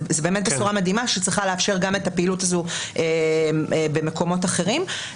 זו באמת בשורה מדהימה שצריכה לאפשר גם את הפעילות הזאת במקומות אחרים.